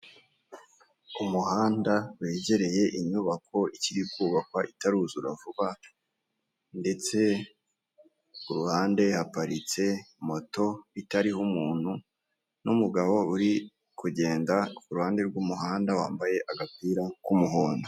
Umuhanda wegereye inyubako, ikiri kubakwa itaruzura vuba ndetse kuruhande haparitse moto itariho umuntu n'umugabo uri kugenda kuruhande rw'umuhanda wambaye agapira k'umuhondo.